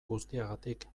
guztiagatik